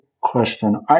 question